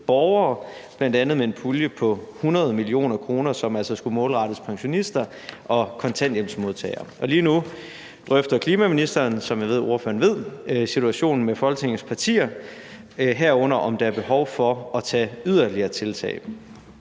borgere, bl.a. med en pulje på 100 mio. kr., som altså skulle målrettes pensionister og kontanthjælpsmodtagere. Lige nu drøfter klimaministeren, som jeg ved ordføreren ved, situationen med Folketingets partier, herunder om der er behov for at tage yderligere tiltag.